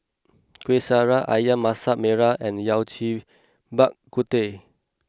Kuih Syara Ayam Masak Merah and Yao Cai Bak Kut Teh